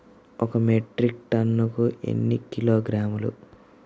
ఒక మెట్రిక్ టన్నుకు ఎన్ని కిలోగ్రాములు?